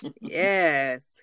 Yes